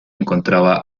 encontraba